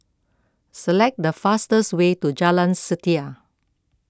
select the fastest way to Jalan Setia